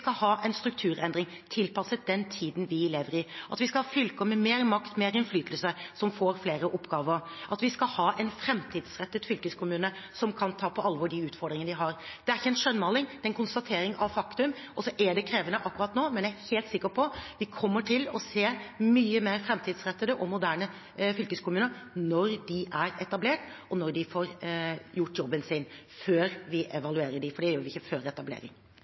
skal ha en strukturendring tilpasset den tiden vi lever i, at vi skal ha fylker med mer makt og innflytelse, som får flere oppgaver, og at vi skal ha en framtidsrettet fylkeskommune som kan ta på alvor de utfordringene de har. Det er ikke en skjønnmaling. Det er en konstatering av faktum. Det er krevende akkurat nå, men jeg er helt sikker på at vi kommer til å se mye mer framtidsrettede og moderne fylkeskommuner når de er etablert og når de får gjort jobben sin – før vi evaluerer dem, for det gjør vi ikke før etablering.